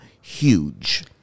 huge